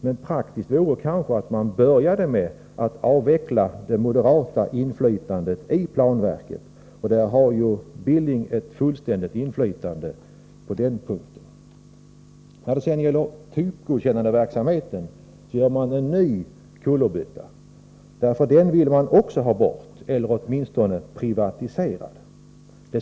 Men det kanske vore praktiskt att börja med att avveckla det moderata inflytandet i planverket. Där har ju herr Billing ett fullständigt inflytande i detta avseende. Även när det gäller typgodkännandeverksamheten gör man en kullerbytta. Man vill nämligen avskaffa även den — åtminstone vill man privatisera den.